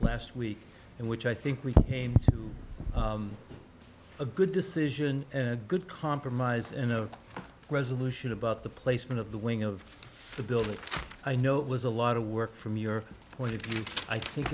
last week and which i think retain a good decision and good compromise in a resolution about the placement of the wing of the building i know it was a lot of work from your point of view i think